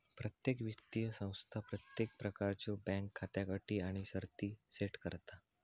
प्रत्येक वित्तीय संस्था प्रत्येक प्रकारच्यो बँक खात्याक अटी आणि शर्ती सेट करता